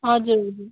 हजुर